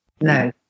no